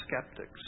skeptics